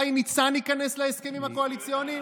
רק שי ניצן ייכנס להסכמים הקואליציוניים?